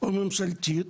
או ממשלתית,